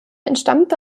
entstammte